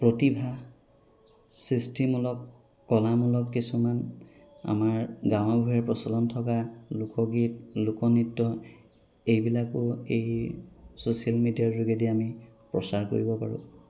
প্ৰতিভা সৃষ্টিমূলক কলামূলক কিছুমান আমাৰ গাঁৱে ভূঞে প্ৰচলন থকা লোকগীত লোকনৃত্য এইবিলাকো এই ছচিয়েল মেডিয়াৰ যোগেদি আমি প্ৰচাৰ কৰিব পাৰোঁ